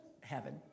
heaven